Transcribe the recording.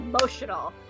emotional